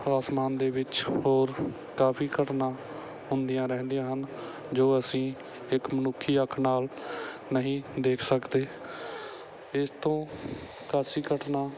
ਅਸਮਾਨ ਦੇ ਵਿੱਚ ਹੋਰ ਕਾਫੀ ਘਟਨਾ ਹੁੰਦੀਆਂ ਰਹਿੰਦੀਆਂ ਹਨ ਜੋ ਅਸੀਂ ਇੱਕ ਮਨੁੱਖੀ ਅੱਖ ਨਾਲ ਨਹੀਂ ਦੇਖ ਸਕਦੇ ਇਸ ਤੋਂ ਅਕਾਸ਼ੀ ਘਟਨਾ